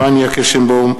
פניה קירשנבאום,